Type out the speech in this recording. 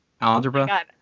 algebra